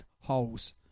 holes